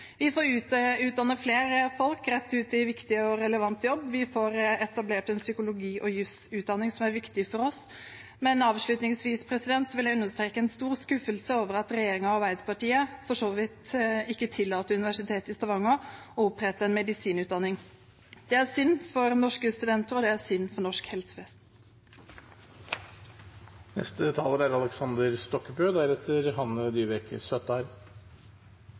Vi får utdannet flere folk – rett ut i viktig og relevant jobb – og vi får etablert en psykologi- og jusutdanning som er viktig for oss. Men avslutningsvis vil jeg understreke en stor skuffelse over at regjeringen og Arbeiderpartiet ikke tillater Universitetet i Stavanger å opprette en medisinutdanning. Det er synd for norske jusstudenter, og det er synd for norsk helsevesen. Dette er